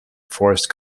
forest